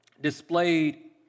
displayed